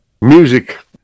Music